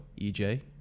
EJ